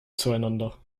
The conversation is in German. zueinander